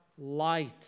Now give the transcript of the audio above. light